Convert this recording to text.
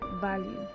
value